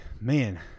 man